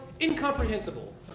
incomprehensible